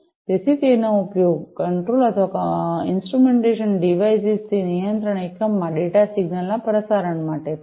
તેથી તેનો ઉપયોગ કંટ્રોલ અથવા ઇન્સ્ટ્રુમેન્ટેશન ડિવાઇસીસથી નિયંત્રણ એકમમાં ડેટા સિગ્નલ ના પ્રસારણ માટે થાય છે